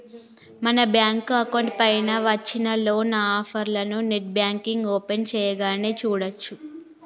మన bank account పైన వచ్చిన లోన్ ఆఫర్లను నెట్ బ్యాంకింగ్ ఓపెన్ చేయగానే చూడచ్చు